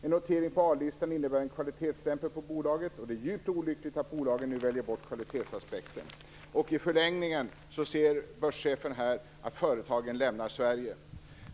En notering på A listan innebär en kvalitetsstämpling på bolaget, och det är djupt olyckligt att bolagen ny väljer bort kvalitetsaspekten. I förlängningen ser börschefen att företagen lämnar Sverige.